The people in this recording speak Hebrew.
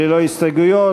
ללא הסתייגויות.